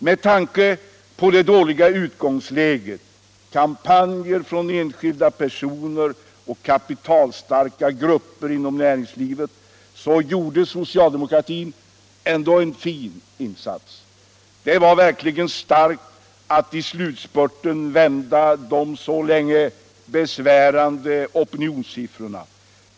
Med tanke på det dåliga utgångsläget, kampanjer från enskilda personer och kapitalstarka grupper inom näringslivet, gjorde socialdemokratin ändå en fin insats. Det var verkligen starkt att i slutspurten vända de så länge besvärande opinionssiffrorna.